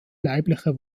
leibliche